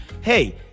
hey